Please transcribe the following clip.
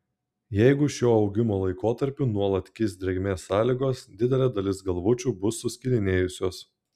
jeigu šiuo augimo laikotarpiu nuolat kis drėgmės sąlygos didelė dalis galvučių bus suskilinėjusios